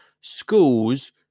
schools